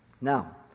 Now